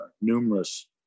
numerous